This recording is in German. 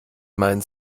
meinen